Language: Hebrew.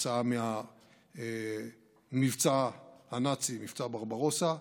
כתוצאה מהמבצע הנאצי, מבצע ברברוסה,